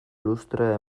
lustrea